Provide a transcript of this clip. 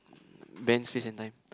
bend space and time